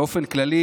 באופן כללי